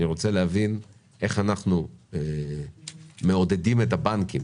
אני רוצה להבין איך אנחנו מעודדים את הבנקים